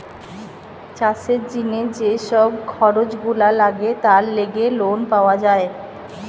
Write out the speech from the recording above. চাষের জিনে যে সব খরচ গুলা লাগে তার লেগে লোন পাওয়া যায়